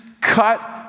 cut